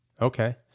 Okay